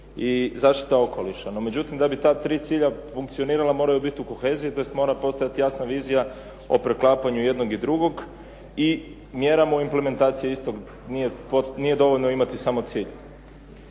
i zaštita okoliša. No međutim, da bi ta tri cilja funkcionirala moraju biti u koheziji tj. mora postojati jasna vizija o preklapanju jednog i drugog i mjera mu implementacije istog nije dovoljno imati samo cilj.